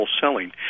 Selling